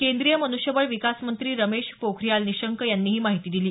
केंद्रीय मन्ष्यबळ विकास मंत्री रमेश पोखरियाल निशंक यांनी ही माहिती दिली